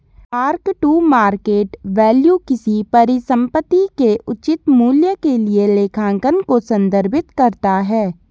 mark to market value किसी परिसंपत्ति के उचित मूल्य के लिए लेखांकन को संदर्भित करता है